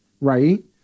Right